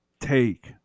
take